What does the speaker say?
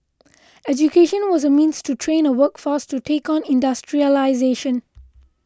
education was a means to train a workforce to take on industrialisation